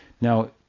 now